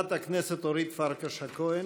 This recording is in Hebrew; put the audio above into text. חברת הכנסת אורית פרקש הכהן.